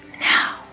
now